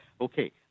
okay